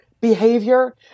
behavior